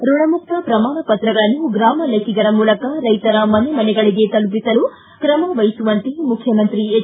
ಋಣಮುಕ್ತ ಪ್ರಮಾಣಪತ್ರಗಳನ್ನು ಗ್ರಾಮ ಲೆಕ್ಕಿಗರ ಮೂಲಕ ರೈತರ ಮನೆಮನೆಗಳಗೆ ತಲುಪಿಸಲು ಕ್ರಮವಹಿಸುವಂತೆ ಮುಖ್ಯಮಂತ್ರಿ ಎಚ್